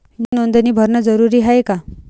पीक नोंदनी भरनं जरूरी हाये का?